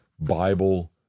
Bible